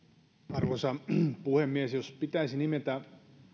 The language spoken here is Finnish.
arvoisa puhemies jos pitäisi nimetä